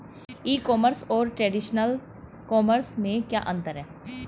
ई commerce और traditional commerce में क्या अंतर है?